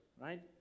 right